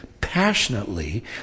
passionately